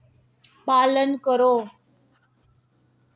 पालन करो